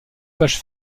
page